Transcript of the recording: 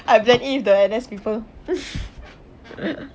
I blend in with the N_S people